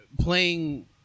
playing